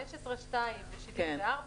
יש תהליכים בתמ"א 15(2), ב-74 בוודאי.